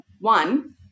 one